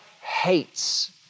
hates